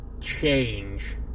change